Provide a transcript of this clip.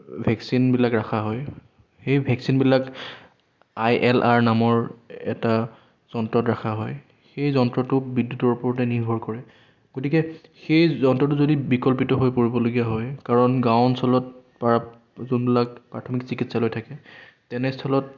ভেকচিনবিলাক ৰখা হয় সেই ভেকচিনবিলাক আই এল আৰ নামৰ এটা যন্ত্ৰত ৰখা হয় সেই যন্ত্ৰটো বিদ্যুতৰ ওপৰতে নিৰ্ভৰ কৰে গতিকে সেই যন্ত্ৰটো যদি বিকল্পিত হৈ পৰিবলগীয়া হয় কাৰণ গাঁও অঞ্চলত যোনবিলাক প্ৰাথমিক চিকিৎসালয় থাকে তেনেস্থলত